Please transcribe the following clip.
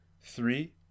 Three